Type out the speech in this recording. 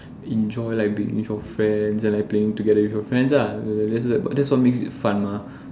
enjoy like being with your friends and like playing together with your friends lah that's what makes it fun mah